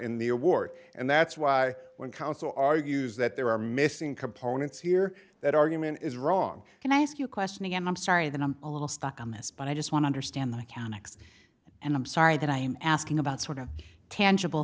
in the award and that's why when counsel argues that there are missing components here that argument is wrong can i ask you a question again i'm sorry that i'm a little stuck on this but i just want understand the mechanics and i'm sorry that i'm asking about sort of tangible